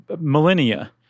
millennia